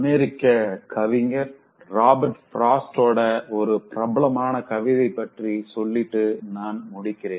American கவிஞர் Robert Frost ஓட ஒரு பிரபலமான கவிதை பற்றி சொல்லிட்டு நா முடிக்கிறேன்